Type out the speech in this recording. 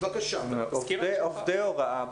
עובדי הוראה,